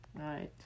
Right